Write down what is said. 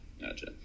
Gotcha